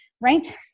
right